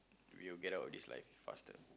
we will get out of this life faster